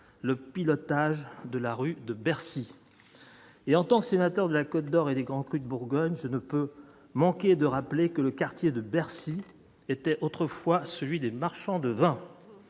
le pilotage de la rue de Bercy, et en tant que sénateur de la Côte-d Or et des grands crus de Bourgogne je ne peut manquer de rappeler que le quartier de Bercy était autrefois celui des marchands de vin